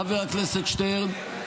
חבר הכנסת שטרן,